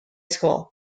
school